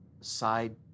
side